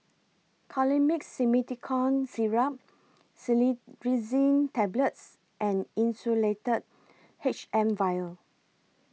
Colimix Simethicone Syrup Cetirizine Tablets and Insulatard H M Vial